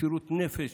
מסירות נפש